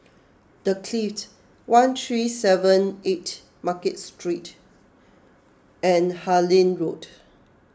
the Clift one three seven eight Market Street and Harlyn Road